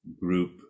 group